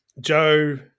Joe